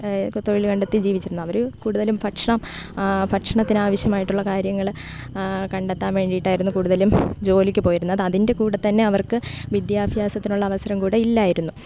തൊഴിൽ കണ്ടെത്തി ജീവിച്ചിരുന്നത് അവർ കൂടുതലും ഭക്ഷണം ഭക്ഷണത്തിന് ആവശ്യമായിട്ടുള്ള കാര്യങ്ങൾ കണ്ടെത്താൻ വേണ്ടിയിട്ടായിരുന്നു കൂടുതലും ജോലിക്ക് പോയിരുന്നത് അതിൻ്റെ കൂടെ തന്നെ അവർക്ക് വിദ്യാഭ്യാസത്തിനുള്ള അവസരം കൂടെ ഇല്ലായിരുന്നു